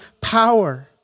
power